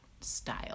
style